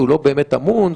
הוא לא באמת אמון,